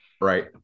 right